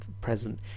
present